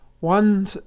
one's